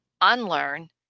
unlearn